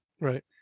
Right